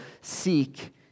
seek